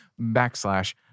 backslash